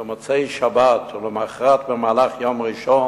במוצאי-שבת, ולמחרת במהלך יום ראשון,